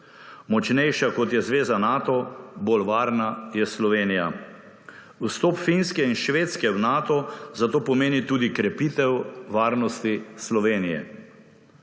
Močnejša kot je zveza Nato, bolj varna je Slovenija. Vstop Finske in Švedske v Nato zato pomeni tudi krepitev varnosti Slovenije.